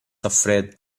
afraid